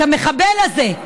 את המחבל הזה,